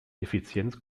effizienz